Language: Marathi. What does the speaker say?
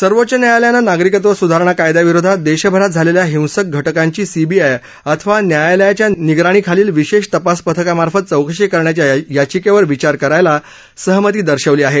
सर्वोच्च न्यायालयानं नागरिकत्व सुधारणा कायदयाविरोधात देशभरात झालेल्या हिंसक घटकांची सीबीआय अथवा न्यायालयाच्या निगराणी खालील विशेष तपास पथकामार्फत चौकशी करण्याच्या याचिकेवर विचार करायला सहमती दर्शवली आहे